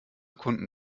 kunden